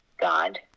God